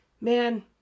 man